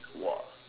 !wah!